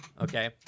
okay